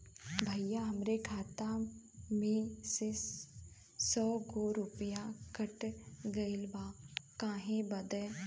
भईया हमरे खाता में से सौ गो रूपया कट गईल बा काहे बदे?